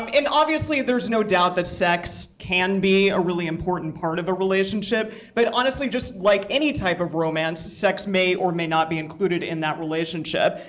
um obviously, there's no doubt that sex can be a really important part of a relationship. but honestly, just like any type of romance, sex may or may not be included in that relationship.